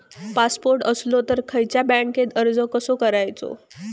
Passport असलो तर खयच्या बँकेत अर्ज कसो करायचो?